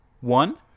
One